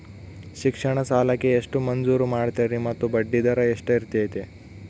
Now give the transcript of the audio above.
ಶಿಕ್ಷಣ ಸಾಲಕ್ಕೆ ಎಷ್ಟು ಮಂಜೂರು ಮಾಡ್ತೇರಿ ಮತ್ತು ಬಡ್ಡಿದರ ಎಷ್ಟಿರ್ತೈತೆ?